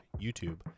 YouTube